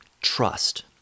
trust